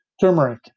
Turmeric